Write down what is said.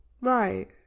Right